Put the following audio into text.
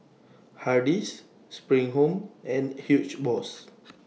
Hardy's SPRING Home and Huge Boss